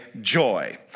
joy